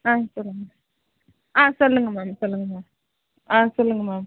ஆ சொல்லுங்கள் ஆ சொல்லுங்கள் மேம் சொல்லுங்கள் மேம் ஆ சொல்லுங்கள் மேம்